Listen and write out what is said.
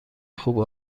خوب